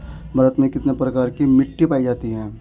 भारत में कितने प्रकार की मिट्टी पाई जाती हैं?